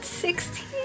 Sixteen